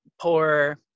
poor